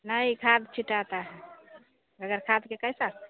नहीं खाद छिंटाता है मगर खाद भी कैसा